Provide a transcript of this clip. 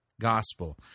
gospel